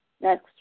Next